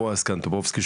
בועז טופורובסקי,